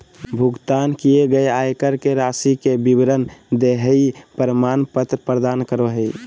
भुगतान किए गए आयकर के राशि के विवरण देहइ प्रमाण पत्र प्रदान करो हइ